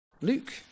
Luke